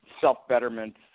self-betterment